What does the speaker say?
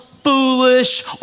foolish